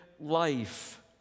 life